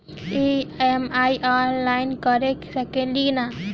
EMI online कर सकेनी की ना?